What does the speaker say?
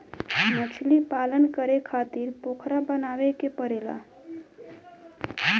मछलीपालन करे खातिर पोखरा बनावे के पड़ेला